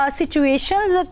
situations